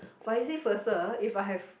vice versa if I have